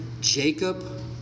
Jacob